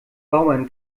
bauern